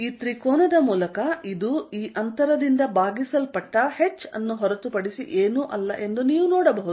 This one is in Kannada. ಈ ತ್ರಿಕೋನದ ಮೂಲಕ ಇದು ಈ ಅಂತರದಿಂದ ಭಾಗಿಸಲ್ಪಟ್ಟ h ಅನ್ನು ಹೊರತುಪಡಿಸಿ ಏನೂ ಅಲ್ಲ ಎಂದು ನೀವು ನೋಡಬಹುದು